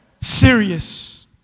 Serious